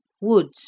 Woods